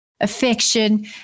affection